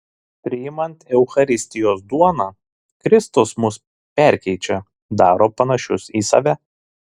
priimant eucharistijos duoną kristus mus perkeičia daro panašius į save